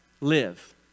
Live